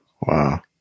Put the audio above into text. Wow